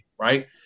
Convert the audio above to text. right